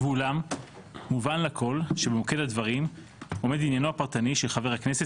ואולם מובן לכל שבמוקד הדברים עומד עניינו הפרטני של חבר הכנסת